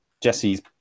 Jesse's